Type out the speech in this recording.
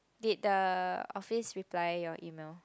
did the office reply your email